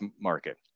market